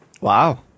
Wow